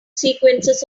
sequences